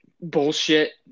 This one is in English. Bullshit